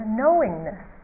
knowingness